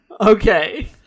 Okay